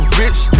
rich